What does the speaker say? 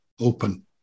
open